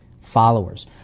followers